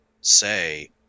say